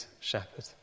Shepherd